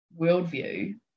worldview